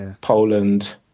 Poland